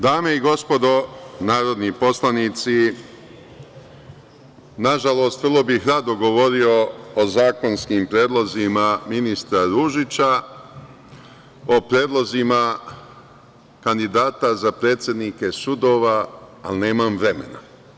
Dame i gospodo narodni poslanici, nažalost, vrlo bih rado govorio o zakonskim predlozima ministra Ružića, o predlozima kandidata za predsednike sudova, ali nemam vremena.